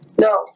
No